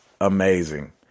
amazing